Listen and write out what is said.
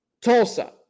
Tulsa